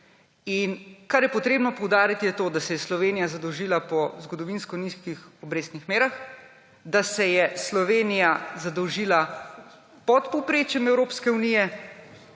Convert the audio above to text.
In kar je potrebno poudariti, je to, da se je Slovenija zadolžila po zgodovinsko nizkih obrestnih merah, da se je Slovenija zadolžila pod povprečjem Evropske unije